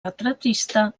retratista